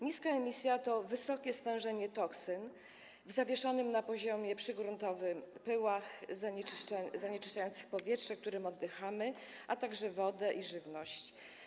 Niska emisja to wysokie stężenie toksyn w zawieszonych na poziomie przygruntowym pyłach zanieczyszczających powietrze, którym oddychamy, a także wodę i żywność.